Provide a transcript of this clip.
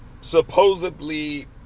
supposedly